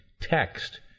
Text